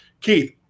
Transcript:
Keith